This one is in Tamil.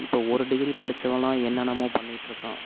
இப்போ ஒரு டிகிரி படிச்சவன்லாம் என்னென்னமோ பண்ணிகிட்டு இருக்கான்